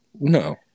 No